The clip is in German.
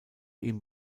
ihm